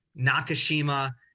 Nakashima